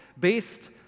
based